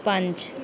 ਪੰਜ